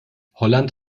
holland